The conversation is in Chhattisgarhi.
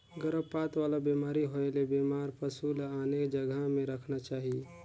गरभपात वाला बेमारी होयले बेमार पसु ल आने जघा में रखना चाही